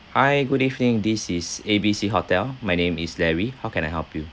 hi good evening this is A_B_C hotel my name is larry how can I help you